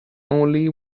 only